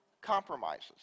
compromises